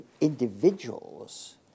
individuals